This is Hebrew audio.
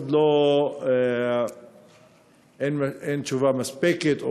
עוד אין תשובה מספקת,